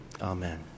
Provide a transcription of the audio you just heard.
Amen